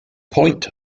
point